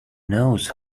knows